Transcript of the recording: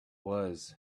was